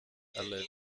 alle